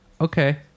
Okay